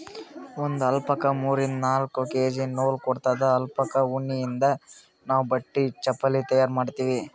ಒಂದ್ ಅಲ್ಪಕಾ ಮೂರಿಂದ್ ನಾಕ್ ಕೆ.ಜಿ ನೂಲ್ ಕೊಡತ್ತದ್ ಅಲ್ಪಕಾ ಉಣ್ಣಿಯಿಂದ್ ನಾವ್ ಬಟ್ಟಿ ಚಪಲಿ ತಯಾರ್ ಮಾಡ್ತೀವಿ